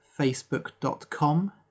facebook.com